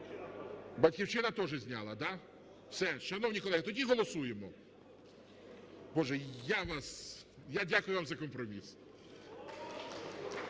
"Батьківщина" теж зняла, да? Все. Шановні колеги, тоді голосуємо. Боже, я дякую вам за компроміс.